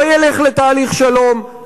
לא ילך לתהליך שלום,